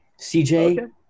CJ